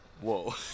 Whoa